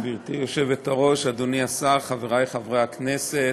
גברתי היושבת-ראש, אדוני השר, חברי חברי הכנסת,